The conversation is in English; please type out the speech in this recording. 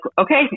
okay